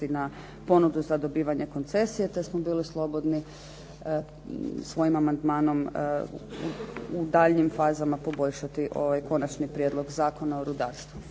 na ponudu za dobivanje koncesije te smo bili slobodni svojim amandmanom u daljnjim fazama poboljšati ovaj Konačni prijedlog Zakona o rudarstvu.